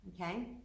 okay